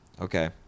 Okay